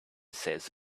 says